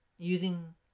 using